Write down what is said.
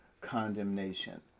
condemnation